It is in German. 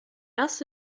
das